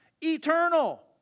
eternal